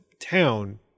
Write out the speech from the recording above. town